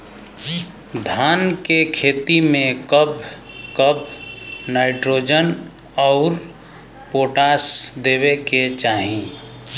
धान के खेती मे कब कब नाइट्रोजन अउर पोटाश देवे के चाही?